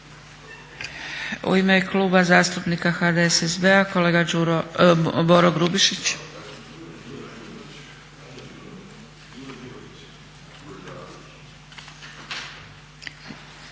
U ime Kluba zastupnika HDSSB-a, kolega Boro Grubišić.